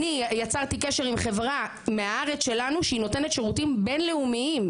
אני יצרתי קשר עם חברה מהארץ שלנו שהיא נותנת שירותים בינלאומיים.